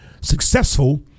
successful